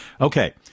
Okay